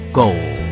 gold